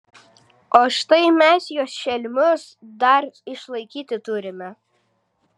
o štai mes juos šelmius dar išlaikyti turime